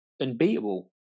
unbeatable